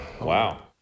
Wow